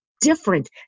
different